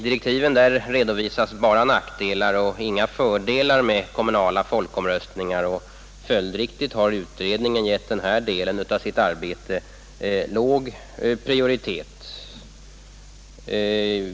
Där redovisas endast nackdelar men inga fördelar med kommunala folkomröstningar, och följdriktigt har utredningen givit den delen av sitt arbete låg prioritet.